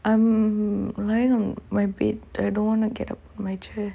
I'm lying on my bed I don't wanna get up my chair